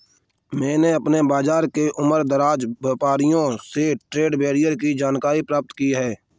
मैंने अपने बाज़ार के उमरदराज व्यापारियों से ट्रेड बैरियर की जानकारी प्राप्त की है